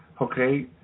okay